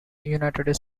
united